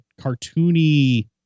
cartoony